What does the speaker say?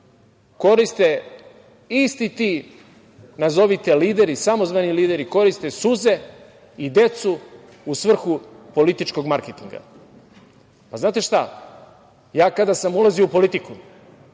koriste isti ti, nazovite lideri, samozvani lideri, koriste suze i decu u svrhu političkog marketinga. Znate šta, ja kada sam ulazio u politiku